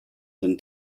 than